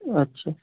अच्छा